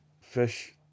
fish